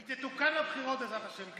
היא תתוקן בבחירות, בעזרת השם.